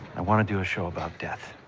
i want to do a show about death,